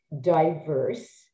diverse